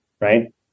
right